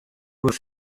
was